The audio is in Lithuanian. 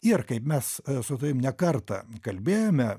ir kaip mes su tavim ne kartą kalbėjome